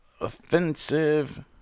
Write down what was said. offensive